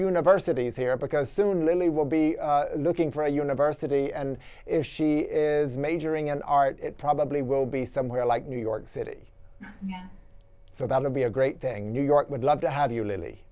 universities here because soon lily will be looking for a university and if she is majoring in art it probably will be somewhere like new york city so that will be a great thing new york would love to have you lately